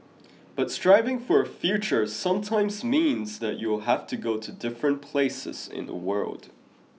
but striving for a future sometimes means that you will have to go to different places in the world